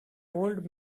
old